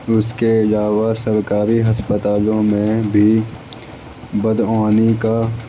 اس کے علاوہ سرکاری ہسپتالوں میں بھی بدعنوانی کا